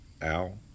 Al